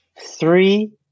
Three